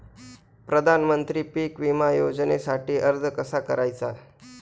प्रधानमंत्री पीक विमा योजनेसाठी अर्ज कसा करायचा?